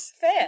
Fair